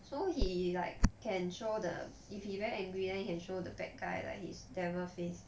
so he like can show the if he very angry then he can show the bad guy like his devil face